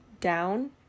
down